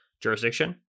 jurisdiction